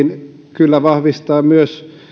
kyllä vahvistaa myös